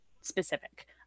specific